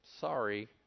sorry